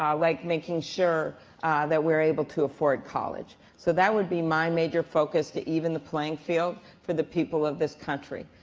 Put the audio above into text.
um like making sure that we're able to afford college. so that would be my major focus to even the playing field for the people of this country.